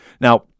now